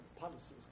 policies